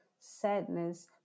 sadness